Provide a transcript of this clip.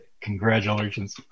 Congratulations